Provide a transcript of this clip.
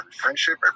friendship